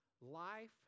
life